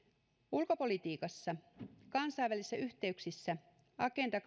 ulkopolitiikassa kansainvälisissä yhteyksissä agenda